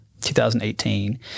2018